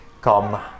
come